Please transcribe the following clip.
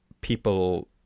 people